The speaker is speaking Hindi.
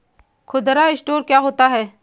खुदरा स्टोर क्या होता है?